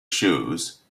shoes